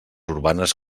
urbanes